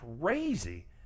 crazy